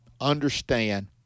understand